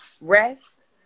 rest